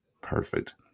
Perfect